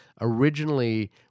originally